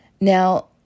Now